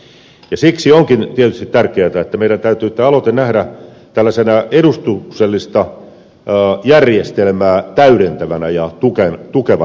siksi onkin tietysti tärkeätä että meidän täytyy tämä aloite nähdä tällaisena edustuksellista järjestelmää täydentävänä ja tukevana järjestelmänä